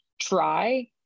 try